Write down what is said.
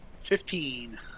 Fifteen